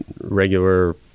regular